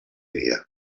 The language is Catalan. dia